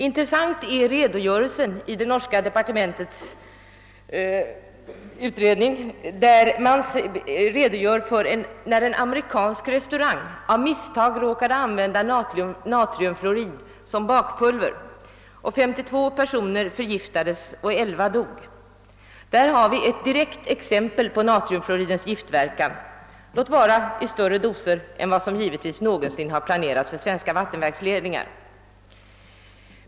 Intressant i det norska departementets utredning är också en redogörelse för vad som inträffade när en amerikansk restaurang råkade använda natriumfluorid som bakpulver. 52 personer förgiftades och 11 dog. Där har vi ett direkt exempel på giftverkan av natriumfluorid — låt vara givetvis i större doser än vad som någonsin planerats för svenska vattenledningar.